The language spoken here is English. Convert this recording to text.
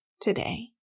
today